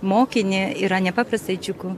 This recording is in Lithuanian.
mokinį yra nepaprastai džiugu